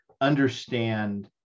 understand